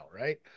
Right